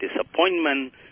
disappointment